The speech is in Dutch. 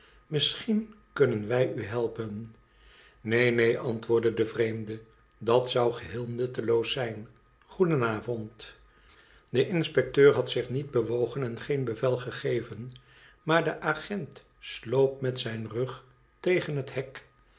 misschien kunnen wij u helpen neen neen antwoordde de vreemde dat zou geheel nutteloos zijn goedenavond de inspecteur had zich niet bewogen en geen bevel gegeven maar de agent sloop met zijn rug tegen het hek